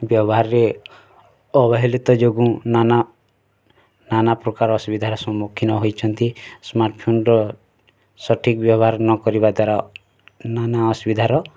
ବ୍ୟବହାରରେ ଅବହେଳିତ ଯୋଗୁଁ ନାନା ନାନା ପ୍ରକାର ଅସୁବିଧାର ସମ୍ମୁଖୀନ ହୋଇଛନ୍ତି ସ୍ମାର୍ଟଫୋନର ସଠିକ୍ ବ୍ୟବହାର ନକରିବା ଦ୍ୱାରା ନାନା ଅସୁବିଧାର